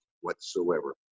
whatsoever